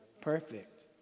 perfect